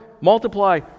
multiply